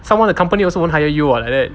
somemore the company also won't hire you [what] like that